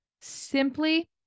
simply